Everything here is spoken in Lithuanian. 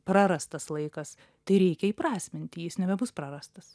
prarastas laikas tai reikia įprasminti jis nebebus prarastas